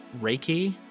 Reiki